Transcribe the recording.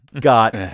got